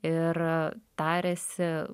ir tariasi